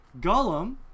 Gollum